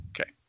okay